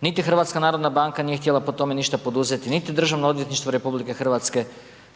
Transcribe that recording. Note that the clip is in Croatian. Niti HNB nije htjela po tome ništa poduzeti, niti DORH,